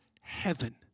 heaven